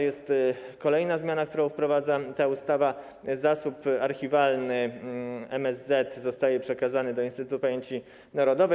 Jest kolejna zmiana, którą wprowadza ta ustawa: zasób archiwalny MSZ zostaje przekazany do Instytutu Pamięci Narodowej.